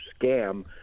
scam